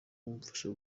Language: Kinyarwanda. mumfashe